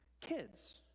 Kids